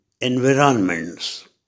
environments